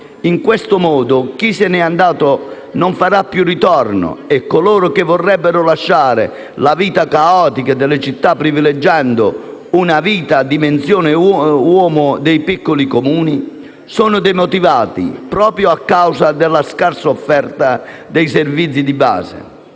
In questo modo, chi se ne è andato non farà più ritorno e coloro che vorrebbero lasciare la vita caotica delle città prediligendo una vita a dimensione umana nei piccoli Comuni sono demotivati proprio a causa della scarsa offerta dei servizi di base.